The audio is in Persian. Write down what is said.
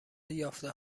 یافته